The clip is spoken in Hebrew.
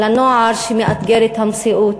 בנוער שמאתגר את המציאות,